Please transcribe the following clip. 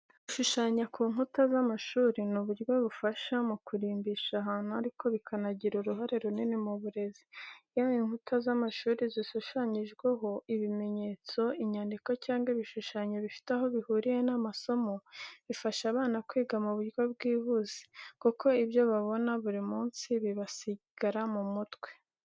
Gushushanya ku nkuta z'amashuri ni uburyo bufasha mu kurimbisha ahantu, ariko bikanagira uruhare runini mu burezi. Iyo inkuta z'amashuri zishushanyijweho ibimenyetso, inyandiko cyangwa ibishushanyo bifite aho bihuriye n'amasomo, bifasha abana kwiga mu buryo bwihuse, kuko ibyo babona buri munsi bibasigara mu mutwe.